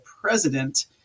president